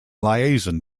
liaison